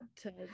to-